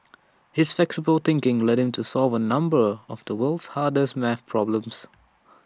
his flexible thinking led him to solve A number of the world's hardest math problems